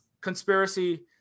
conspiracy